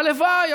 הלוואי,